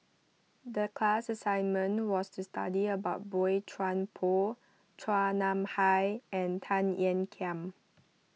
the class assignment was to study about Boey Chuan Poh Chua Nam Hai and Tan Ean Kiam